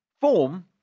Form